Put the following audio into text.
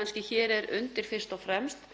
kannski hér er undir fyrst og fremst.